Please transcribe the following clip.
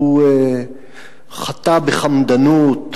הוא חטא בחמדנות,